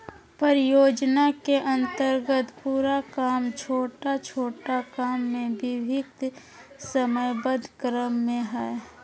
परियोजना के अन्तर्गत पूरा काम छोटा छोटा काम में विभक्त समयबद्ध क्रम में हइ